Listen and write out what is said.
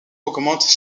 augmentent